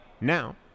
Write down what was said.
Now